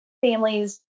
Families